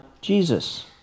Jesus